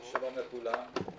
שלום לכולם.